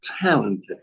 talented